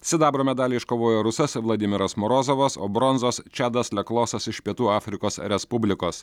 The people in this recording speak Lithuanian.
sidabro medalį iškovojo rusas vladimiras morozovas o bronzos čiadas le klosas iš pietų afrikos respublikos